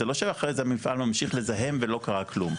זה לא שאחרי זה המפעל ממשיך לזהם ולא קרה כלום.